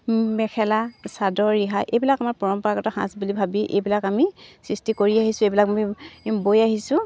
মেখেলা চাদৰ ৰিহা এইবিলাক আমাৰ পৰম্পৰাগত সাজ বুলি ভাবি এইবিলাক আমি সৃষ্টি কৰি আহিছোঁ এইবিলাক আমি বৈ আহিছোঁ